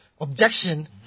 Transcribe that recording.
objection